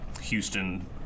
Houston